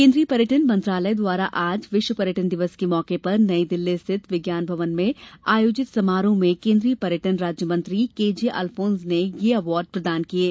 केन्द्रीय पर्यटन मंत्रालय द्वारा आज विश्व पर्यटन दिवस के मौके पर नई दिल्ली स्थित विज्ञान भवन में आयोजित समारोह में केन्द्रीय पर्यटन राज्य मंत्री स्वतंत्र प्रभार केजे अल्फोन्स ने यह अवार्ड प्रदान किये